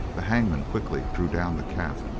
the hangman quickly drew down the cap,